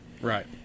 Right